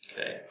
Okay